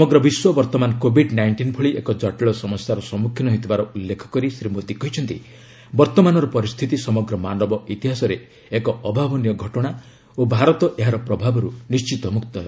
ସମଗ୍ର ବିଶ୍ୱ ବର୍ତ୍ତମାନ କୋଭିଡ୍ ନାଇଣ୍ଟିନ୍ ଭଳି ଏକ ଜଟିଳ ସମସ୍ୟାର ସମ୍ମୁଖୀନ ହେଉଥିବାର ଉଲ୍ଲେଖ କରି ଶ୍ରୀ ମୋଦୀ କହିଛନ୍ତି ବର୍ତ୍ତମାନର ପରିସ୍ଥିତି ସମଗ୍ର ମାନବ ଇତିହାସରେ ଏକ ଅଭାବନୀୟ ଘଟଣା ଓ ଭାରତ ଏହାର ପ୍ରଭାବରୁ ନିର୍ଣିତ ମୁକ୍ତ ହେବ